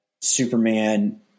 Superman